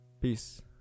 peace